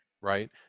right